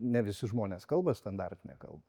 ne visi žmonės kalba standartine kalba